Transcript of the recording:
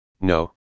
no